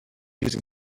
using